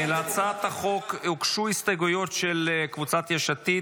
להצעת החוק הוגשו הסתייגויות של קבוצת יש עתיד,